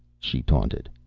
she taunted.